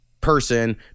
person